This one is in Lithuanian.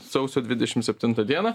sausio dvidešim septintą dieną